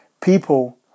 people